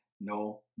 no